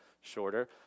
shorter